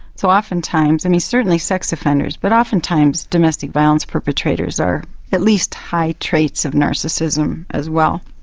so oftentimes, i mean, certainly sex offenders, but oftentimes domestic violence perpetrators are at least high traits of narcissism as well.